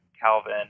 Calvin